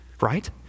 right